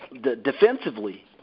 defensively